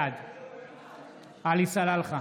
בעד עלי סלאלחה,